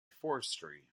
forestry